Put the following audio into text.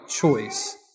choice